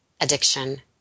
addiction